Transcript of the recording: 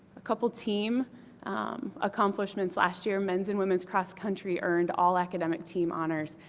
a couple team accomplishments last year, men's and women's cross country earned all academic team honors.